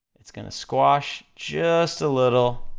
it's gonna squash, just a little,